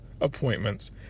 appointments